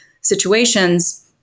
situations